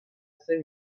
خسته